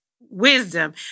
Wisdom